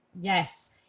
yes